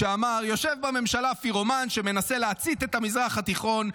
שאמר: יושב בממשלה פירומן שמנסה להצית את המזרח התיכון,